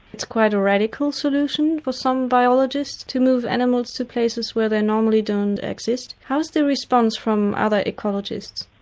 it's quite a radical solution for some biologists, to move animals to places where they normally don't exist. how's the response from other ecologists?